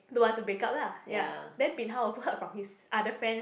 don't want to break up lah ya then bin hao also heard from his other friends